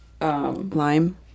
Lime